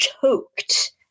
choked